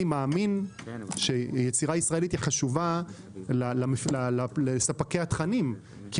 אני מאמין שיצירה ישראלית היא חשובה לספקי התכנים כי